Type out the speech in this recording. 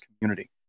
community